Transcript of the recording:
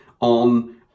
on